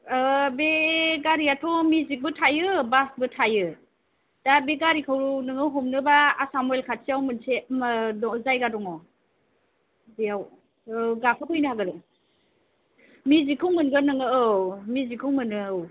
औ बे गारियाथ' मेजिकबो थायो बासबो थायो दा बे गारिखौ नोङो हमनोबा आसाम अइल खाथियाव मोनसे जायगा दङ बेयाव औ गाखोफैनांगौ मेजिकखौ मोनगोन नोङो औ मेजिकखौ मोनो औ